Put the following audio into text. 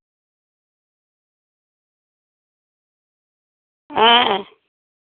ᱦᱮᱸ